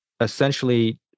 essentially